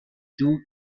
دوگ